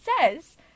says